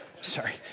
sorry